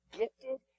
gifted